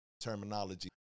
terminology